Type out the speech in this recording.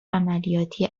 عملیاتی